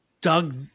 Doug